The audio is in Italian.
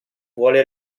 vuole